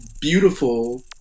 beautiful